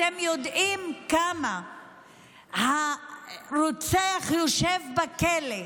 אתם יודעים כמה הרוצח שיושב בכלא,